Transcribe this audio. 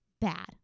bad